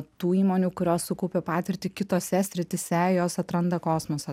tų įmonių kurios sukaupė patirtį kitose srityse jos atranda kosmosą